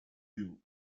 viel